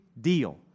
deal